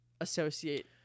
associate